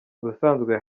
ubusanzwe